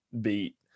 beat